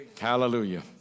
Hallelujah